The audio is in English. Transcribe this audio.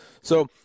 So-